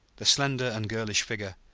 the slender and girlish figure,